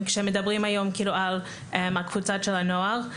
כשמדברים היום על הקבוצה של הנוער,